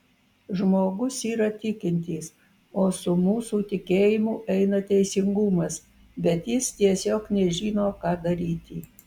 žmogus yra tikintis o su mūsų tikėjimu eina teisingumas bet jis tiesiog nežino ką daryti